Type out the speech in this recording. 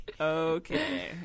okay